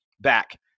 back